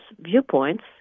viewpoints